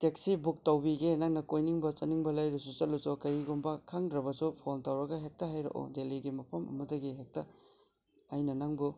taxi book ꯇꯧꯕꯤꯒꯦ ꯅꯪꯅ ꯀꯣꯏꯅꯤꯡꯕ ꯆꯠꯅꯤꯡꯕ ꯂꯩꯔꯨꯆꯣ ꯆꯠꯂꯨꯆꯣ ꯀꯩꯒꯨꯝꯕ ꯈꯪꯗ꯭ꯔꯕꯁꯨ ꯐꯣꯜ ꯇꯧꯔꯒ ꯍꯦꯛꯇ ꯍꯥꯏꯔꯛꯎ ꯗꯦꯜꯂꯤ ꯃꯐꯝ ꯑꯃꯗꯒꯤ ꯍꯦꯛꯇ ꯑꯩꯅ ꯅꯪꯕꯨ